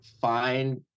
find